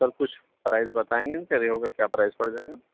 سر کچھ پرائز بتائیں گے اِن کے ریہو کا کیا پرائس پڑ جائے گا